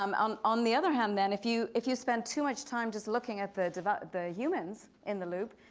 um um on the other hand then if you if you spend too much time just looking at the the humans in the loop,